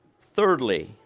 Thirdly